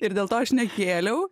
ir dėl to aš nekėliau